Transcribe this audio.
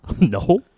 No